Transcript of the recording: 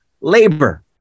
Labor